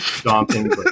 daunting